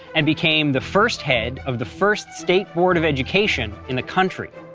and became the first head of the first state board of education in the country.